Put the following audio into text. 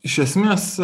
iš esmės